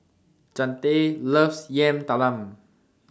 Chante loves Yam Talam